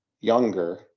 younger